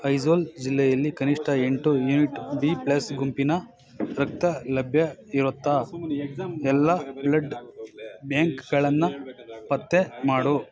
ಐಝ್ವಾಲ್ ಜಿಲ್ಲೆಯಲ್ಲಿ ಕನಿಷ್ಠ ಎಂಟು ಯೂನಿಟ್ ಬಿ ಪ್ಲಸ್ ಗುಂಪಿನ ರಕ್ತ ಲಭ್ಯ ಇರುತ್ತಾ ಎಲ್ಲ ಬ್ಲಡ್ ಬ್ಯಾಂಕ್ಗಳನ್ನು ಪತ್ತೆ ಮಾಡು